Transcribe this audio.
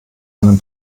einen